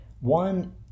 One